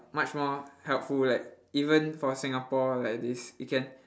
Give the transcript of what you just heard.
much more helpful like even for Singapore like this we can